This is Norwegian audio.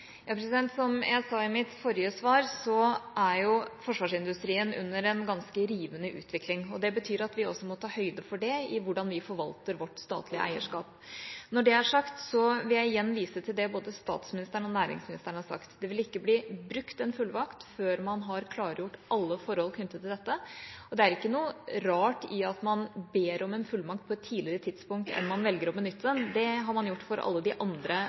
Som jeg sa i mitt forrige svar, er forsvarsindustrien under en ganske rivende utvikling, og det betyr at vi også må ta høyde for det i hvordan vi forvalter vårt statlige eierskap. Når det er sagt, vil jeg igjen vise til det som både statsministeren og næringsministeren har sagt: Det vil ikke bli brukt en fullmakt før man har klargjort alle forhold knyttet til dette. Det er ikke noe rart i at man ber om en fullmakt på et tidligere tidspunkt enn at man velger å benytte den – det har man gjort for alle de andre